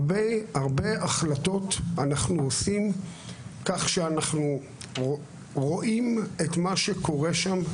הרבה החלטות אנחנו עושים כך שאנחנו רואים את מה שקורה שם,